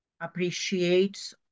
appreciates